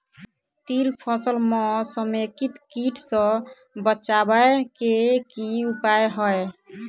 तिल फसल म समेकित कीट सँ बचाबै केँ की उपाय हय?